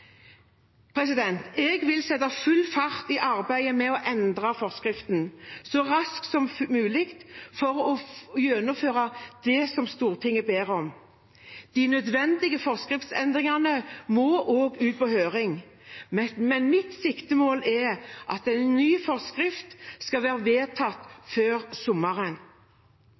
Jeg vil sette full fart i arbeidet med å endre forskriften så raskt som mulig for å gjennomføre det som Stortinget ber om. De nødvendige forskriftsendringene må også ut på høring, men mitt siktemål er at en ny forskrift skal være vedtatt før sommeren.